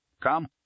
Come